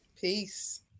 Peace